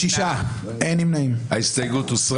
הצבעה ההסתייגות לא התקבלה.